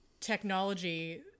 technology